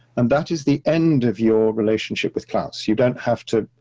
and that is the end of your relationship with klaus, you don't have to,